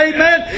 Amen